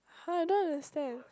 (huh) I don't understand